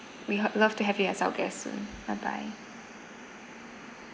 we hope love to have you as our guest soon bye bye